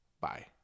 Bye